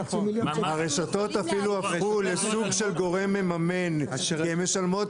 הרשתות אפילו הפכו לסוג של גורם מממן כי הן משלמות